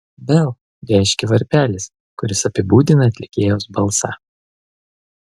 bell reiškia varpelis kuris apibūdina atlikėjos balsą